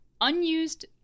unused